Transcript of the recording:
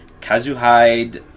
Kazuhide